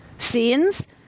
Scenes